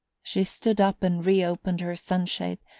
she stood up and reopened her sunshade,